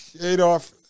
Adolf